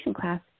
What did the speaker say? class